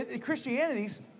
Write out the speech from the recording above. Christianity's